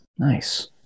Nice